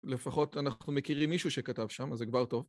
לפחות אנחנו מכירים מישהו שכתב שם, אז זה כבר טוב.